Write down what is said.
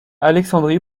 alexandrie